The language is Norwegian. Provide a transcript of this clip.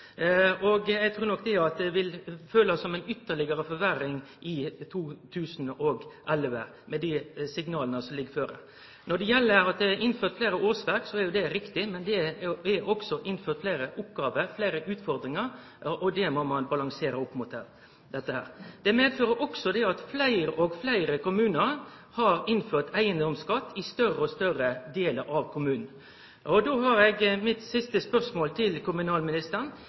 Eg trur nok at ein vil føle det som ei ytterlegare forverring i 2011, med dei signala som ligg føre. Når det gjeld det at det er innført fleire årsverk, er det riktig, men det er også tilført fleire oppgåver, fleire utfordringar, og det må ein balansere opp mot dette. Det medfører også at fleire og fleire kommunar har innført eigedomsskatt i større og større delar av kommunen. Då er mitt siste spørsmål til kommunalministeren: